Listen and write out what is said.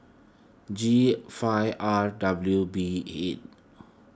G five R W B eight